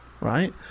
Right